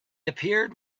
appeared